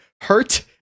hurt